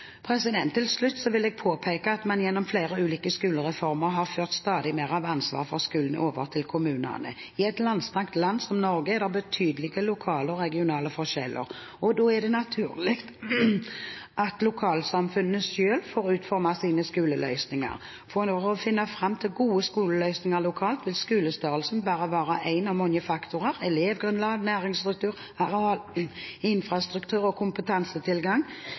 etterpå. Til slutt vil jeg påpeke at man gjennom flere ulike skolereformer har ført stadig mer av ansvaret for skolen over til kommunene. I et langstrakt land som Norge er det betydelige lokale og regionale forskjeller. Da er det naturlig at lokalsamfunnene selv får utforme sine skoleløsninger. For å finne fram til gode skoleløsninger lokalt vil skolestørrelsen bare være en av mange faktorer. Elevgrunnlag, næringsstruktur, areal, infrastruktur og kompetansetilgang